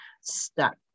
stuck